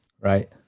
right